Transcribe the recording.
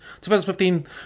2015